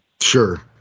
Sure